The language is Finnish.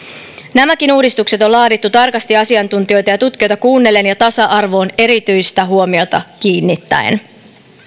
nämäkin uudistukset on laadittu tarkasti asiantuntijoita ja tutkijoita kuunnellen ja tasa arvoon erityistä huomiota kiinnittäen